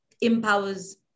empowers